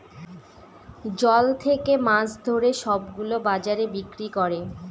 জল থাকে মাছ ধরে সব গুলো বাজারে বিক্রি করে